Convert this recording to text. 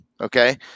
okay